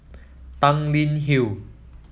Tanglin Hill